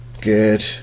Good